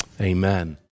Amen